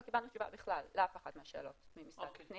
לא קיבלנו תשובה בכלל לאף אחת מהשאלות ממשרד הפנים